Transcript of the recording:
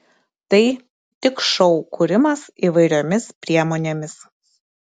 tai tik šou kūrimas įvairiomis priemonėmis